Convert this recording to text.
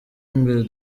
imbere